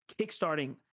kickstarting